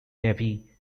navy